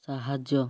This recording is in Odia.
ସାହାଯ୍ୟ